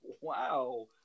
wow